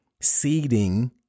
seeding